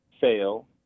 fail